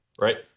right